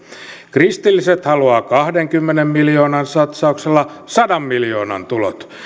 kristilliset haluavat kahdenkymmenen miljoonan satsauksella sadan miljoonan tulot